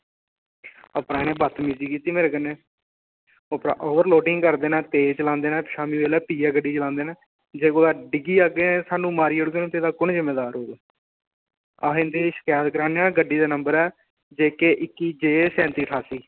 ते बदतमीजी कीती मेरे कन्नै उप्परा ओवरलोडिंग करदे न तेज़ चलांदे न ते पीयै गड्डी चलांदे न ते जेकर डिग्गी जाह्गे मारी जाह्गे ते एह्दा कु'न' जिम्मेवार होग अस इंदी शकैत कराने आं गड्डी दा नंबर ऐ जेके इक्की जे सैंत्ती सतासी